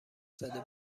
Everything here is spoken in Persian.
زده